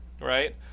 right